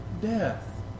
Death